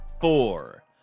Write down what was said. four